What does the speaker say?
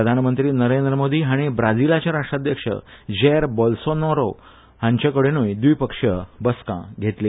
प्रधानमंत्री नरेंद्र मोदी हांणी ब्राझिलाचे राष्ट्राध्यक्ष जॅर बोल्सोनारो हांच्याकडेन्य व्दिपक्षीय बसका घेतली